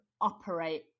operate